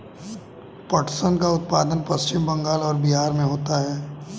पटसन का उत्पादन पश्चिम बंगाल और बिहार में होता है